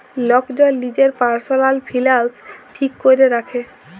lock জল লিজের পারসলাল ফিলালস ঠিক ক্যরে রাখে